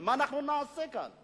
מה אנחנו נעשה כאן?